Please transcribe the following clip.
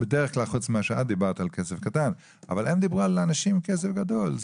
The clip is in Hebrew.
הם דיברו על אנשים עם כסף גדול.